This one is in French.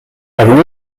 allons